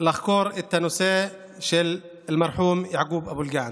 ולחקור את הנושא של המנוח יעקוב אלקיעאן.